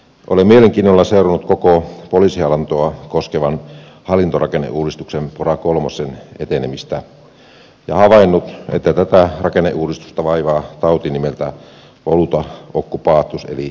olen mielenkiinnolla seurannut koko poliisihallintoa koskevan hallintorakenneuudistuksen pora kolmosen etenemistä ja havainnut että tätä rakenneuudistusta vaivaa tauti nimeltään voluta occupatus eli jyräävä kiire